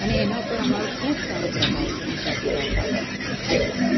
અને એના ઉપર અમારો ખૂબ સારો પ્રભાવ છે ગુજરાતી ભાષા પર